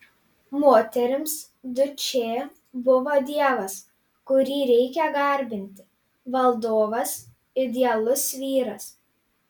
moterims dučė buvo dievas kurį reikia garbinti valdovas idealus vyras